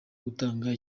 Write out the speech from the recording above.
gutanga